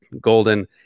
Golden